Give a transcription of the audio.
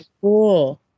cool